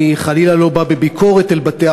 אני חלילה לא בא בביקורת אל בתי-החולים,